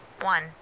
One